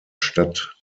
stadt